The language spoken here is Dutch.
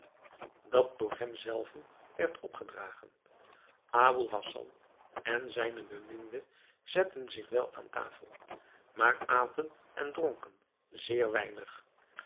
dat door hem zelven werd opgedragen aboul hassan en zijne beminde zetten zich wel aan tafel maar aten en dronken zeer weinig